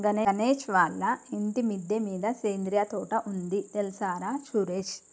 గణేష్ వాళ్ళ ఇంటి మిద్దె మీద సేంద్రియ తోట ఉంది తెల్సార సురేష్